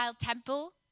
temple